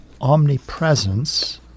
omnipresence